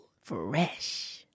Fresh